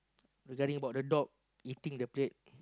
regarding about the dog eating the plate